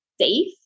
safe